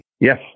Yes